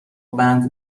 بند